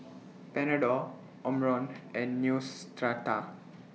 Panadol Omron and Neostrata